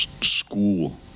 school